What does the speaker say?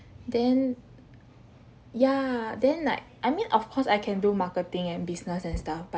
then ya then like I mean of course I can do marketing and business and stuff but